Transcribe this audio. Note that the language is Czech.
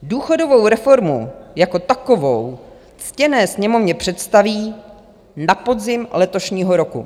Důchodovou reformu jako takovou ctěné Sněmovně představí na podzim letošního roku.